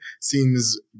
seems